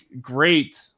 great